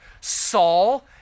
Saul